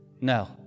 No